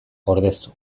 ordeztu